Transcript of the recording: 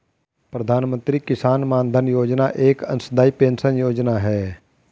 प्रधानमंत्री किसान मानधन योजना एक अंशदाई पेंशन योजना है